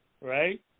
right